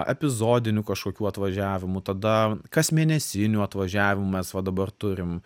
epizodinių kažkokių atvažiavimų tada kas mėnesinių atvažiavimų mes va dabar turim